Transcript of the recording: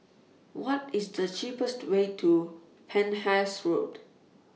What IS The cheapest Way to Penhas Road